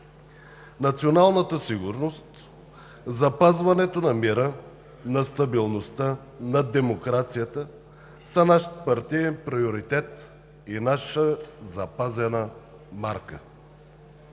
Националната сигурност, запазването на мира, на стабилността, на демокрацията са наш партиен приоритет и наша запазена малка.